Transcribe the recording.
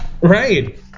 Right